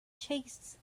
chase